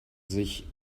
sich